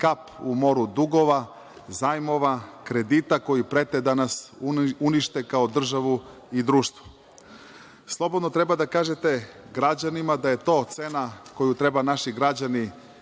kap u moru dugova, zajmova, kredita koji prete da nas unište kao državu i društvo. Slobodno treba da kažete građanima da je to cena koju treba naši građani